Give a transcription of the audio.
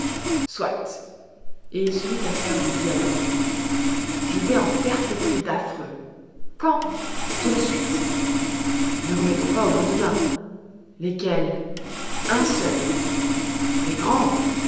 je vais en perpétrer d'affreux quand tout de suite ne remettons pas au lendemain lesquels un seul mais grand